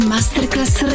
Masterclass